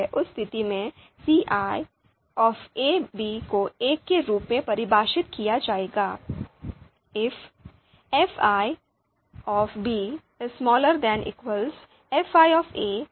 उस स्थिति में ci a b को एक के रूप में परिभाषित किया जाएगा